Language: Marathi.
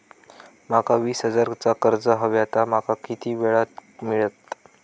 माका वीस हजार चा कर्ज हव्या ता माका किती वेळा क मिळात?